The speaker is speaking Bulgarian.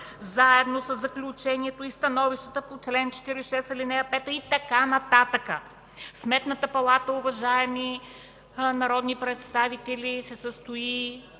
заедно със заключението и становищата по чл. 46, ал. 5” и така нататък. Сметната палата, уважаеми народни представители, се състои,